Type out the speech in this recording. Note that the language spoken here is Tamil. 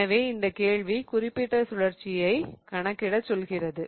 எனவே இந்த கேள்வி அப்சர்வ்ட் ரொட்டேஷனைக் கணக்கிடச் சொல்கிறது